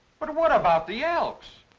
but what about the elks?